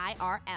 IRL